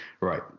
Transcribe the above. Right